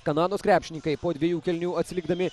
kanados krepšininkai po dviejų kėlinių atsilikdami